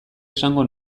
esango